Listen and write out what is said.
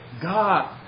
God